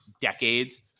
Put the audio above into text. decades